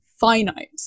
finite